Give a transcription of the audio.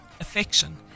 Affection